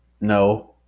No